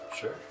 Sure